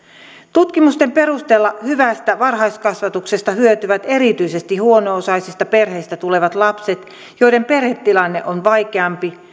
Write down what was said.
tutkimusten perusteella hyvästä varhaiskasvatuksesta hyötyvät erityisesti huono osaisista perheistä tulevat lapset joiden perhetilanne on vaikeampi